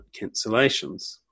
cancellations